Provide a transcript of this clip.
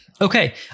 Okay